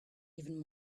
even